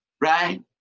Right